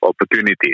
opportunities